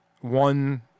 One